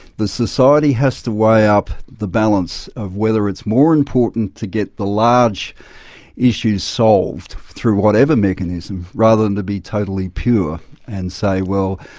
the society has to weigh up the balance of whether it's more important to get the large issues solved, through whatever mechanism, rather than to be totally pure and say, well,